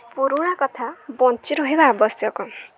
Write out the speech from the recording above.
ପୁରୁଣା କଥା ବଞ୍ଚିରହିବା ଆବଶ୍ୟକ